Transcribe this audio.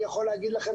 אני יכול להגיד לכם,